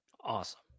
Awesome